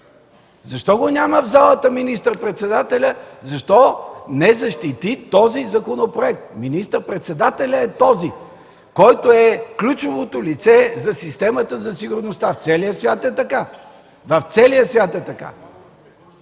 Защо го няма в залата министър-председателя? Защо не защити този законопроект? Министър-председателят е този, който е ключовото лице за системата на сигурността – в целия свят е така! В целия свят е така!